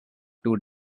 two